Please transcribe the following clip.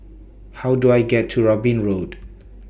How Do I get to Robin Road